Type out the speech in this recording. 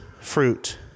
fruit